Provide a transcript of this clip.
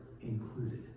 included